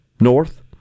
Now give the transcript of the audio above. north